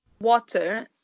water